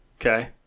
Okay